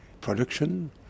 production